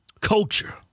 Culture